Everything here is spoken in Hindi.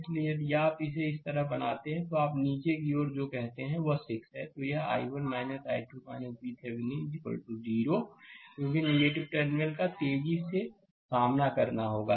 इसलिए यदि आप इसे इस तरह बनाते हैं कि आप नीचे की ओर जो कहते हैं वह 6 है तो यह i1 i2 VThevenin 0 क्योंकि टर्मिनल का तेजी से सामना करना होगा